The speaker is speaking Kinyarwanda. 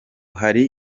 hari